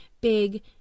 big